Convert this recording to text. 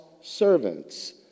servants